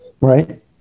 right